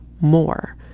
more